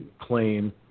claim